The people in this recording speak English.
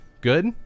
Good